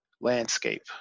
landscape